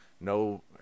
No